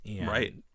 right